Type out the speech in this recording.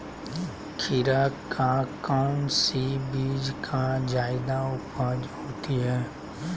खीरा का कौन सी बीज का जयादा उपज होती है?